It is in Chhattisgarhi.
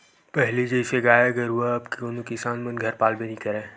पहिली जइसे अब गाय गरुवा कोनो किसान मन घर पालबे नइ करय